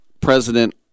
president